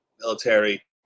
military